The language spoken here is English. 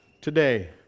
today